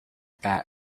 bat